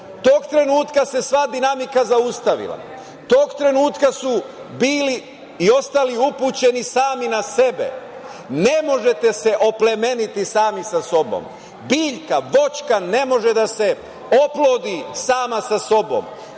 tog trenutka se sva dinamika zaustavila, tog trenutka su bili i ostali upućeni sami na sebe. Ne možete se oplemeniti sami sa sobom. Biljka, voćka ne može da se oplodi sama sa sobom.